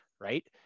right